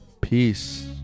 Peace